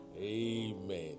Amen